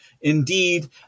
Indeed